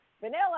vanilla